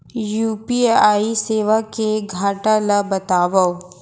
UPI सेवा के घाटा ल बतावव?